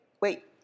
Wait